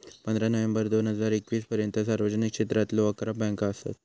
पंधरा नोव्हेंबर दोन हजार एकवीस पर्यंता सार्वजनिक क्षेत्रातलो अकरा बँका असत